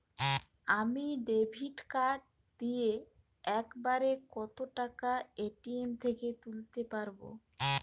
আমি debit card দিয়ে এক বারে কত টাকা এ.টি.এম থেকে তুলতে পারবো?